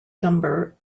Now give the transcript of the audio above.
number